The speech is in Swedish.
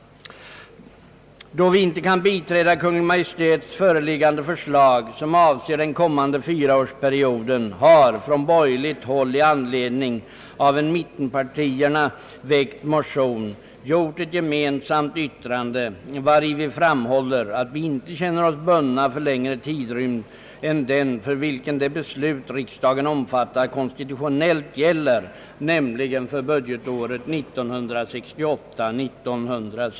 Då vi inte kan biträda Kungl. Maj:ts föreliggande förslag, som avser den kommande fyraårsperioden, har från borgerligt håll i anledning av en av mittenpartierna väckt motion gjorts ett gemensamt yttrande, i vilket vi framhåller att vi inte känner oss bundna för längre tidrymd än den för vilken det beslut riksdagen fattar konstitutionellt gäller, nämligen för budgetåret 1968/69.